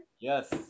yes